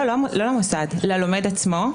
לא למוסד ללומד עצמו.